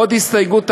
עוד הסתייגות אחת: